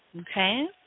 okay